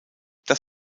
das